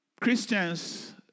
Christians